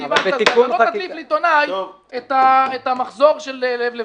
אתה לא תדליף לעיתונאי את המחזור של לב לבייב.